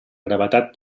gravetat